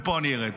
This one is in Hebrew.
ופה אני ארד.